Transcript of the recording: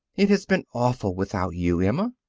it has been awful without you, emma.